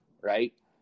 right